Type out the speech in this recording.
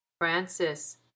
Francis